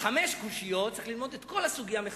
חמש קושיות צריך ללמוד את כל הסוגיה מחדש.